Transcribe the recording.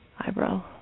eyebrow